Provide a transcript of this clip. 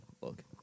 Look